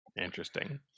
Interesting